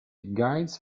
guides